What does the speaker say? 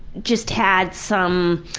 just had some.